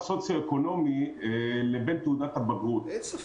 סוציו-אקונומי לבין תעודת הבגרות -- אין ספק.